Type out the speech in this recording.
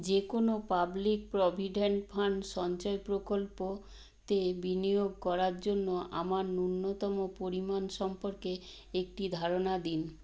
যেকোনও public provident fund সঞ্চয় প্রকল্প তে বিনিয়োগ করার জন্য আমার ন্যূনতম পরিমাণ সম্পর্কে একটি ধারণা দিন